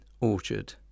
orchard